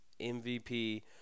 MVP